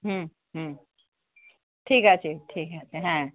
হুম হুম ঠিক আছে ঠিক আছে হ্যাঁ